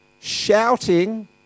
shouting